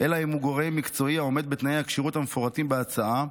אלא אם הוא גורם מקצועי העומד בתנאי הכשירות המפורטים בהצעה,